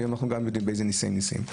היום אנחנו גם יודעים באיזה ניסי ניסים.